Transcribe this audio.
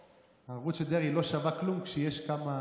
ערבות של דרעי לא שווה כלום כשיש כמה